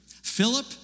Philip